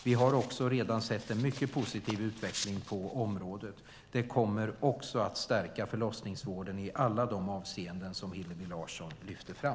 Vi har också redan sett en mycket positiv utveckling på området. Det kommer också att stärka förlossningsvården i alla de avseenden som Hillevi Larsson lyfter fram.